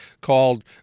Called